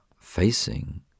facing